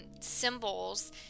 symbols